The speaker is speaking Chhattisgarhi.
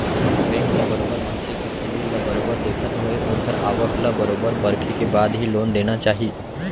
बेंक ल बरोबर मनसे के सिविल ल बरोबर देखत होय ओखर आवक ल बरोबर परखे के बाद ही लोन देना चाही